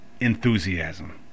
enthusiasm